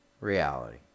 reality